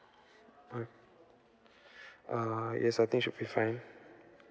mm err yes I think should be fine